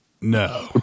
No